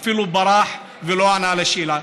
הוא אפילו ברח ולא ענה לשאלה.